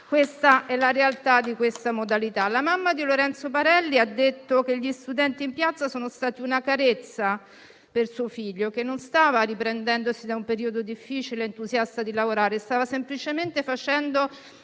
forti: è la realtà di questa modalità. La mamma di Lorenzo Parelli ha detto che gli studenti in piazza sono stati una carezza per suo figlio, che non stava riprendendosi da un periodo difficile, entusiasta di lavorare; stava semplicemente facendo